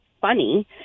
funny